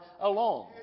alone